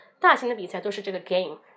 大型的比赛都是这个game